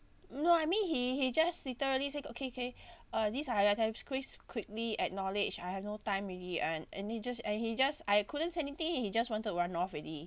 no I mean he he just literally say okay okay uh these are please quickly acknowledge I have no time already and and he just and he just I couldn't say anything he just want to run off already